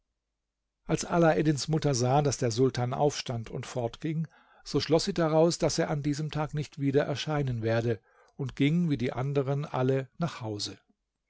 als alaeddins mutter sah daß der sultan aufstand und fortging so schloß sie daraus daß er an diesem tag nicht wieder erscheinen werde und ging wie die anderen alle nach hause